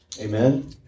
Amen